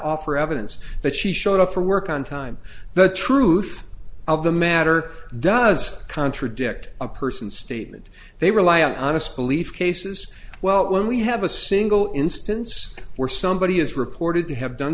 offer evidence that she showed up for work on time the truth of the matter does contradict a person's statement they rely on honest belief cases well when we have a single instance where somebody is reported to have done